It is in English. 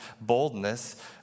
boldness